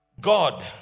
God